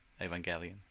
Evangelion